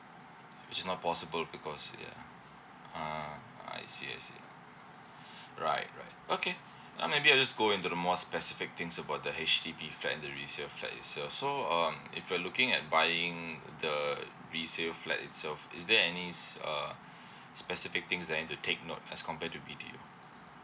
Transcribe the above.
she's not possible because yeah ah I see I see right right okay uh maybe I just go into the more specific things about the H_D_B flat and the resale flat itself so um if we are looking at buying the resale flat itself is there any s~ uh specific things that I need to take note as compare to B_T_O